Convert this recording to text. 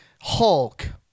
Hulk